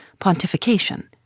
pontification